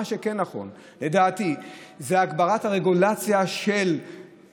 מה שכן נכון לדעתי זה הגברת הרגולציה שלנו,